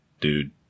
Dude